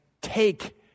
take